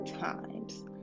times